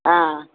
ஆ